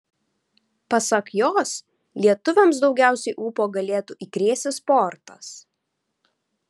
pasak jos lietuviams daugiausiai ūpo galėtų įkrėsi sportas